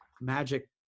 magic